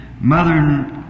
mother